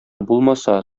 булмаса